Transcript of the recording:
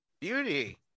beauty